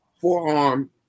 forearm